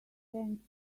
thank